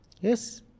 Yes